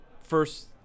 first